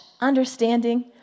understanding